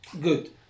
good